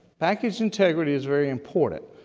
package integrity is very important.